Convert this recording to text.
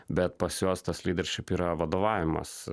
bet pas juos tas lyderšip yra vadovavimas